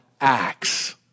acts